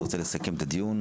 אני רוצה לסכם את הדיון: